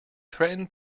threaten